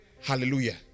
hallelujah